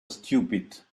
stupid